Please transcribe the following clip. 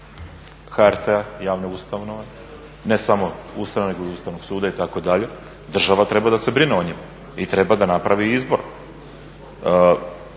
se ne razumije./… nego i Ustavnog suda itd. država treba da se brine o njima i treba da napravi izbor.